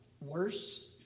worse